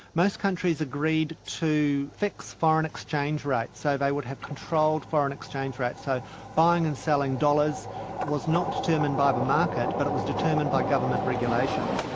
most countries agreed to fix foreign exchange rates, so they would have controlled foreign exchange rates. so buying and selling dollars was not determined by the market but it was determined by government regulation.